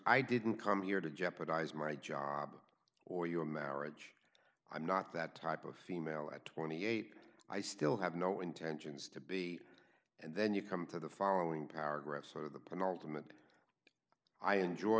i didn't come here to jeopardize my job or your marriage i'm not that type of female at twenty eight i still have no intentions to be and then you come to the following paragraph sort of the